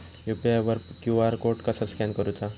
UPI वर QR code कसा scan करूचा?